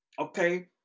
Okay